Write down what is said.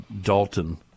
Dalton